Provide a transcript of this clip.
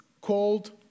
called